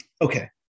Okay